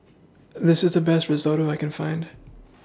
This IS The Best Risotto I Can Find